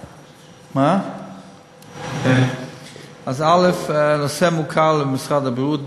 1. הנושא מוכר למשרד הבריאות.